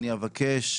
אני אבקש